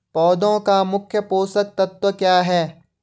पौधें का मुख्य पोषक तत्व क्या है?